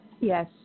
Yes